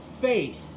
faith